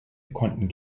konnten